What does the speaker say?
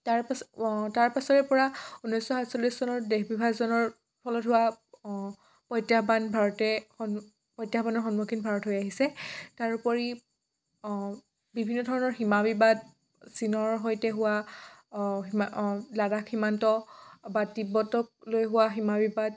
তাৰ তাৰপিছৰে পৰা ঊনৈছশ সাতচল্লিছ চনৰ দেশ বিভাজনৰ ফলত হোৱা প্ৰত্যাহ্বান ভাৰতে প্ৰত্যাহ্বানৰ সন্মুখীন ভাৰত হৈ আহিছে তাৰোপৰি বিভিন্ন ধৰণৰ সীমা বিবাদ চীনৰ সৈতে হোৱা লাডাখ সীমান্ত বা তিব্বতক লৈ হোৱা সীমা বিবাদ